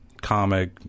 comic